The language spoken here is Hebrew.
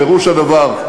פירוש הדבר,